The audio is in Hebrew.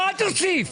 אל תוסיף.